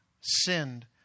sinned